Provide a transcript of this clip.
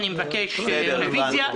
אני מבקש רוויזיה,